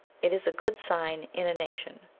it is a good sign in a nation,